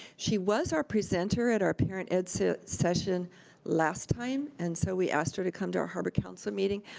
she was our presenter at our parent ed so session last time and so we asked her to come to our harbor council meeting.